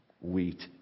wheat